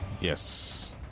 yes